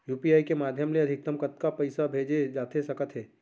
UPI के माधयम ले अधिकतम कतका पइसा भेजे जाथे सकत हे?